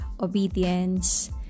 obedience